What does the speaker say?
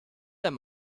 that